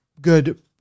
good